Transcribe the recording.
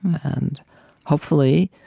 and hopefully